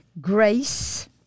grace